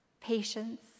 patience